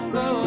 go